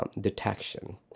detection